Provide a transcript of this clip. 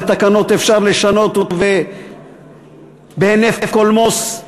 ותקנות אפשר לשנות בהינף קולמוס,